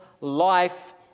life